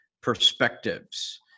perspectives